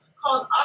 called